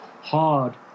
hard